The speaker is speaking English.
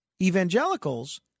evangelicals